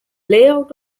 layout